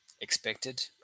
Expected